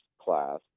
class